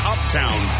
Uptown